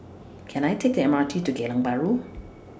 Can I Take The M R T to Geylang Bahru